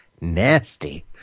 Nasty